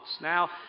Now